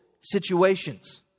situations